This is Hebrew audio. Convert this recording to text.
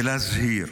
ולהזהיר